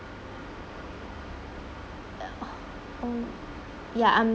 oh ya I'm